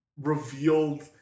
revealed